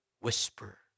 whisper